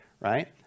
right